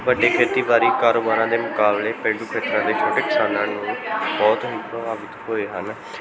ਵੱਡੀ ਗਿਣਤੀ ਬਾਰੀ ਕਾਰੋਬਾਰਾਂ ਦੇ ਮੁਕਾਬਲੇ ਪੇਂਡੂ ਖੇਤਰਾਂ ਵਿੱਚ ਛੋਟੇ ਕਿਸਾਨਾਂ ਨੂੰ ਬਹੁਤ ਹੀ ਪ੍ਰਭਾਵਿਤ ਹੋਏ ਹਨ